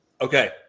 Okay